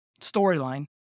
storyline